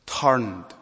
turned